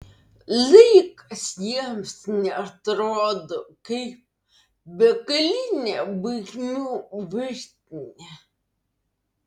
laikas jiems neatrodo kaip begalinė baigmių virtinė